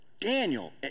Daniel